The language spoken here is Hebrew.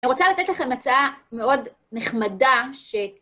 אני רוצה לתת לכם הצעה מאוד נחמדה, ש...